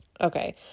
Okay